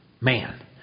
man